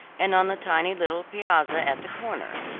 and on the tiny little piazza at the corner,